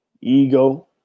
ego